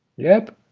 yep,